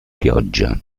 pioggia